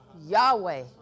Yahweh